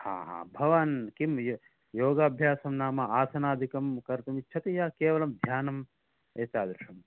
हा हा भवान् किं योगाभ्यासं नाम आसनादिकं कर्तुम् इच्छति या केवलं ध्यानम् एतादृशम्